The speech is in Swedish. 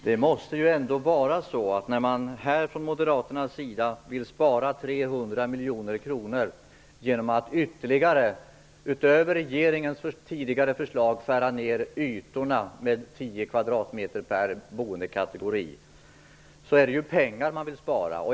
Herr talman! Det måste ändå vara så att moderaterna vill spara pengar när de här vill dra in 300 miljoner kronor genom att utöver regeringens tidigare förslag skära ned ytorna med 10 kvadratmeter per boendekategori.